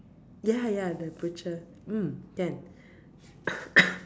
ya ya the butcher mm can